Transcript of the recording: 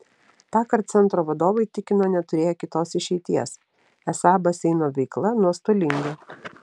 tąkart centro vadovai tikino neturėję kitos išeities esą baseino veikla nuostolinga